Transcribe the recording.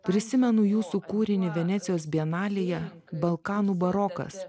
prisimenu jūsų kūrinį venecijos bienalėje balkanų barokas